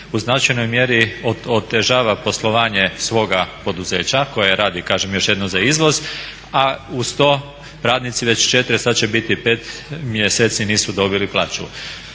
u značajnoj mjeri otežava poslovanje svoga poduzeća koje radi kažem još jednom za izvoz, a uz to radnici već 4 sada će biti 5 mjeseci nisu dobili plaću.